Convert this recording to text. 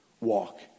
walk